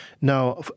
Now